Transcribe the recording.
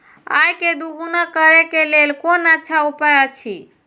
आय के दोगुणा करे के लेल कोन अच्छा उपाय अछि?